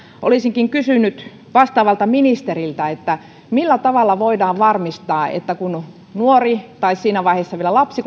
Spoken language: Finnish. olisinkin kysynyt vastaavalta ministeriltä millä tavalla voidaan varmistaa että kun nuori tai siinä vaiheessa vielä lapsi